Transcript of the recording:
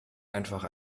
einfach